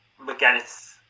McGinnis